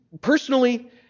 personally